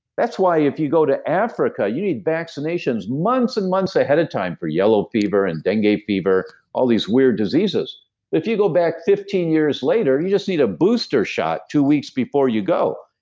that's why if you go to africa, you need vaccinations months and months ahead of time for yellow fever, and dengue fever, all these weird diseases if you go back fifteen years later, you just need a booster shot two weeks before you go.